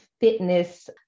fitness